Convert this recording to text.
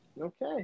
Okay